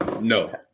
no